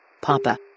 Papa